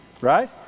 Right